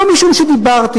לא משום שדיברתי,